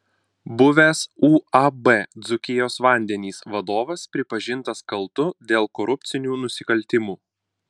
buvęs uab dzūkijos vandenys vadovas pripažintas kaltu dėl korupcinių nusikaltimų